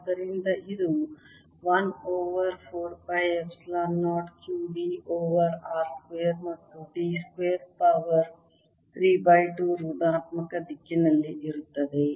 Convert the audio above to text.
ಆದ್ದರಿಂದ ಇದು 1 over 4 pi epsilon 0 q d over r square ಮತ್ತು d ಸ್ಕ್ವೇರ್ ಪವರ್ 3 ಬೈ 2 ಋಣಾತ್ಮಕ ದಿಕ್ಕಿನಲ್ಲಿ ಇರುತ್ತದೆ